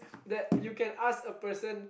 that you can ask a person